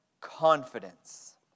confidence